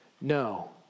No